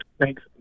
Thanks